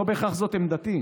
זו לא בהכרח עמדתי,